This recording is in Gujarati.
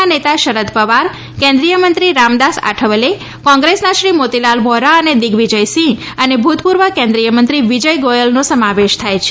ના નેતા શરદ પવાર કેન્દ્રિય મંત્રી રામદાસ આઠવલે કોંગ્રેસના શ્રી મોતીલાલ વોરા અને શ્રી દિગ્વિજય સિંહ અને ભૂતપૂર્વ કેન્દ્રિયમંત્રી વિજય ગોયલનો સમાવેશ થાય છે